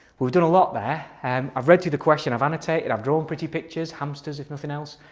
we've done a lot there. um i've read through the question, i've annotated, i've drawn pretty pictures hamsters if nothing else.